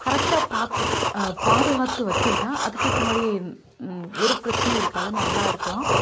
கரெக்டாக பார்த்துக் பாதுகாத்து வச்சிக்கிட்டால் அதுக்கேற்ற மாதிரியே ஒரு பிரச்சனையும் இருக்காது நல்லா இருக்கலாம்